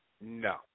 No